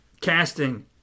casting